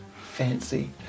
Fancy